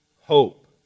hope